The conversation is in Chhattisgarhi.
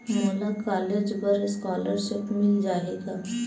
मोला कॉलेज बर स्कालर्शिप मिल जाही का?